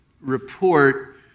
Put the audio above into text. report